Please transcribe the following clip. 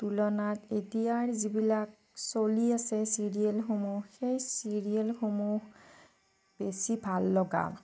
তুলনাত এতিয়াৰ যিবিলাক চলি আছে চিৰিয়েলসমূহ সেই চিৰিয়েলসমূহ বেছি ভাল লগা